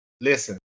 Listen